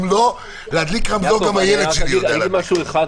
אם לא, גם הילד שלי יודע להדליק רמזור.